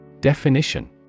Definition